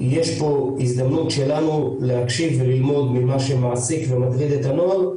יש פה הזדמנות שלנו להקשיב וללמוד ממה שמעסיק ומטריד את הנוער.